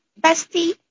Bestie